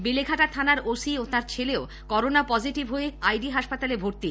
বেলেঘাটা থানারি ওসি ও তার ছেলেও করোনা পজিটিভ হয়ে আজ আইডি হাসপাতালে ভর্তি